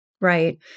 right